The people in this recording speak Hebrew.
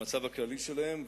המצב הכללי שלהם.